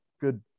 good